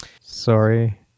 Sorry